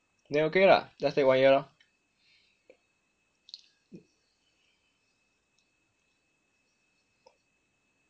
then okay lah just take one year lor